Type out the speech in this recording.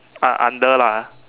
ah under lah